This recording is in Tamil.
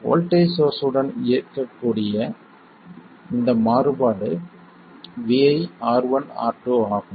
வோல்ட்டேஜ் சோர்ஸ் உடன் இயக்கக்கூடிய இதன் மாறுபாடு Vi R1 R2 ஆகும்